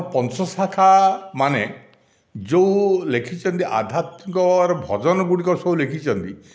ପଞ୍ଚସଖାମାନେ ଯେଉଁ ଲେଖିଛନ୍ତି ଆଧ୍ୟାତ୍ମିକ ଭଜନଗୁଡ଼ିକ ସବୁ ଲେଖିଛନ୍ତି